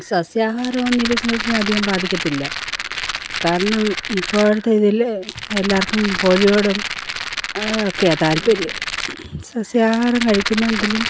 സസ്യാഹാരമൊന്നും ഈ ബിസിനസിനെ അധികം ബാധിക്കത്തില്ല കാരണം ഇപ്പോഴത്തെ ഇതിൽ എല്ലാവർക്കും കോഴിയോടും ഒക്കെയാണ് താൽപര്യം സസ്യാഹാരം കഴിക്കുന്നെങ്കിലും